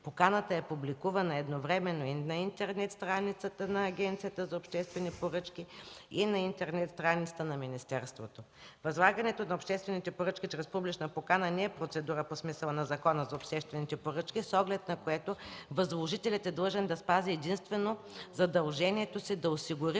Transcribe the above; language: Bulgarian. Поканата е публикувана едновременно и на интернет страницата на Агенцията за обществени поръчки, и на интернет страницата на министерството. Възлагането на обществените поръчки чрез публична покана не е процедура по смисъла на Закона за обществените поръчки, с оглед на което възложителят е длъжен да спази единствено задължението си да осигури